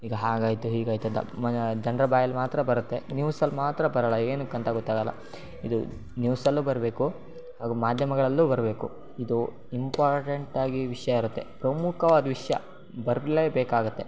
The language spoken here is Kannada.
ಈಗ ಹಾಗಾಯಿತು ಹೀಗಾಯಿತು ಅಂತ ಜನರ ಬಾಯಲ್ಲಿ ಮಾತ್ರ ಬರುತ್ತೆ ನ್ಯೂಸಲ್ಲಿ ಮಾತ್ರ ಬರಲ್ಲ ಏನುಕ್ಕಂತ ಗೊತ್ತಾಗಲ್ಲ ಇದು ನ್ಯೂಸಲ್ಲು ಬರಬೇಕು ಹಾಗು ಮಾದ್ಯಮಗಳಲ್ಲು ಬರಬೇಕು ಇದು ಇಂಪಾರ್ಟೆಂಟಾಗಿ ವಿಷಯ ಇರುತ್ತೆ ಪ್ರಮುಕವಾದ ವಿಷಯ ಬರಲೇ ಬೇಕಾಗುತ್ತೆ